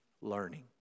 learning